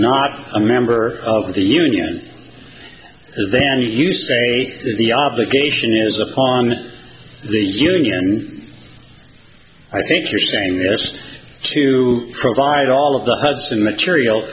not a member of the union then you say the obligation is upon the union i think you're saying there's to provide all of the present material